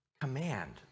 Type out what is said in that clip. command